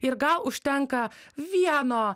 ir gal užtenka vieno